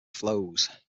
flows